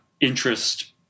interest